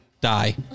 die